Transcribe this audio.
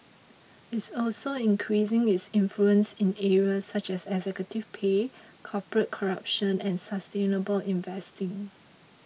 it's also increasing its influence in areas such as executive pay corporate corruption and sustainable investing